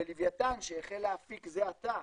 בלווייתן, שהחל להפיק זה עתה,